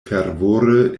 fervore